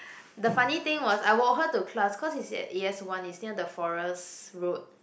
the funny thing was I walk her to class cause is at A_S one is near the forest road